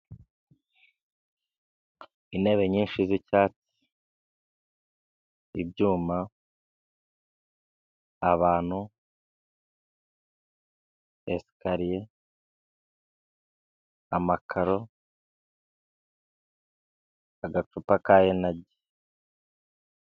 Intebe nyinshi z'icyatsi, ibyuma, abantu, esikariye, amakaro, agacupa ka inaji.